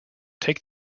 take